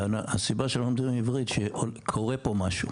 הסיבה שאנחנו מדברים עברית, שקורה פה משהו,